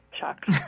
shocked